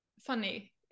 funny